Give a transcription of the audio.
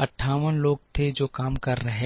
58 लोग थे जो काम कर रहे थे